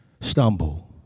stumble